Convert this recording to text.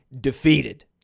defeated